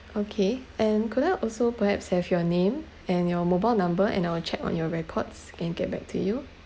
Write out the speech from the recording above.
okay and could I also perhaps have your name and your mobile number and I'll check on your records and get back to you